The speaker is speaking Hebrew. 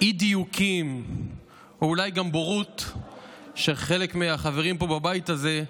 אי-דיוקים או אולי גם בורות של חלק מהחברים פה בבית הזה,